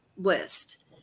list